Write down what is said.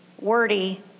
wordy